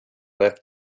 left